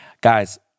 Guys